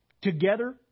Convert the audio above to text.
together